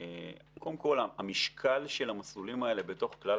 קודם כול המשקל של המסלולים האלה בתוך כלל